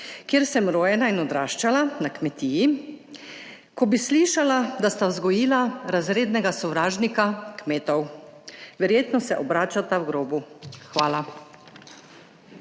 kjer sem rojena in sem odraščala na kmetiji, ko bi slišala, da sta vzgojila razrednega sovražnika kmetov. Verjetno se obračata v grobu. Hvala.